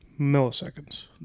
Milliseconds